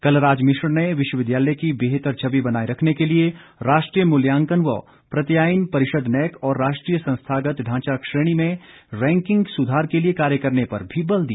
कलराज मिश्र ने विश्वविद्यालय की बेहतर छवि बनाए रखने के लिए राष्ट्रीय मूल्यांकन व प्रत्यायन परिषद नैक और राष्ट्रीय संस्थागत ढांचा श्रेणी में रैंकिंग सुधार के लिए कार्य करने पर भी बल दिया